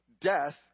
Death